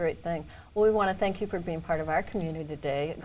great thing we want to thank you for being part of our community day a